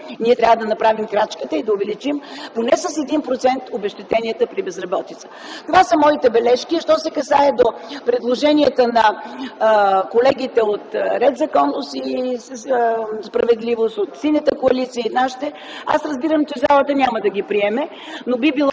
ние трябва да направим крачката и да увеличим поне с 1% обезщетенията при безработица. Това са моите бележки. Що се отнася до предложенията на колегите от „Ред, законност и справедливост”, от Синята коалиция и нашите, аз разбирам, че залата няма да ги приеме. Но би било